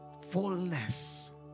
fullness